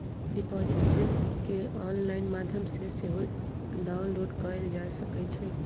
deposit slip केंऑनलाइन माध्यम से सेहो डाउनलोड कएल जा सकइ छइ